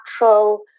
natural